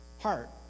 heart